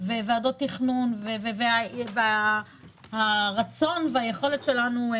ועדות תכנון והרצון והיכולת שלנו.